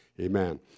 Amen